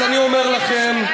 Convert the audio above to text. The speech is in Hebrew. אז אני אומר לכם,